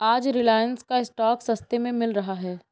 आज रिलायंस का स्टॉक सस्ते में मिल रहा है